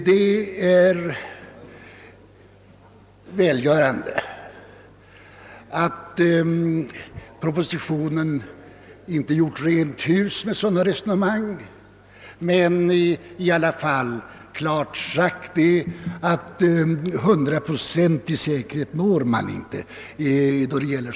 Det är välgörande att departementschefen i propositionen, även om han inte gjort rent hus med sådana resonemang, samtidigt uttalat att någon hundraprocentig säkerhet inte nås härvidlag.